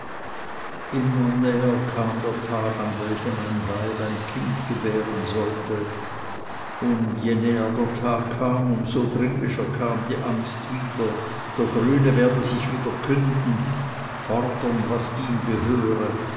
immer näher kam der tag an welchem ein weib ein kind gebären sollte und je näher der tag kam um so dringlicher kam die angst wieder der grüne werde sich wieder künden fordern was ihm gehöre